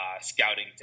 scouting